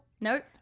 Nope